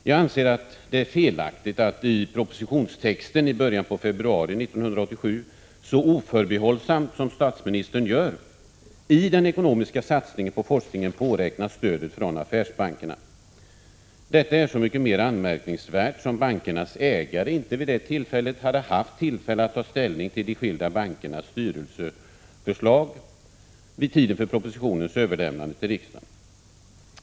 Jag anser det vara felaktigt att när det gäller den ekonomiska satsningen på forskningen så oförbehållsamt som statsministern gör i propositionstexten från början av februari 1987 påräkna stöd från affärsbankerna. Detta är så mycket mer anmärkningsvärt som bankernas ägare inte hade haft tillfälle att ta ställning till de enskilda bankernas styrelseförlag vid tiden för propositionens överlämnande till riksdagen.